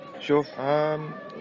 Sure